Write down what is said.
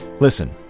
Listen